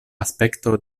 aspekto